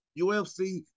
UFC